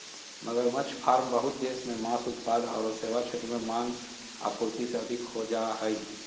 मगरमच्छ फार्म बहुत देश मे मांस उत्पाद आरो सेवा क्षेत्र में मांग, आपूर्ति से अधिक हो जा हई